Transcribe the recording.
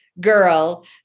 girl